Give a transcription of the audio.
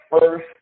first